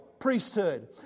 priesthood